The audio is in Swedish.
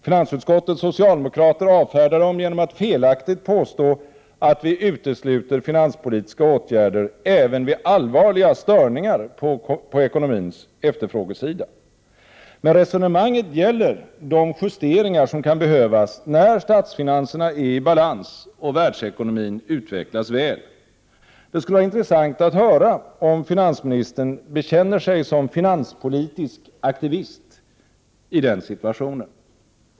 Finansutskottets socialdemokrater avfärdar dem genom att felaktigt påstå att vi utesluter finanspolitiska åtgärder även vid allvarliga störningar på ekonomins efterfrågesida. Men resonemanget gäller de justeringar som kan behövas när statsfinanserna är i balans och världsekonomin utvecklas väl. Det skulle vara intressant att höra om finansministern bekänner sig som finanspolitisk aktivist i den situationen.